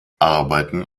arbeiten